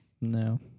No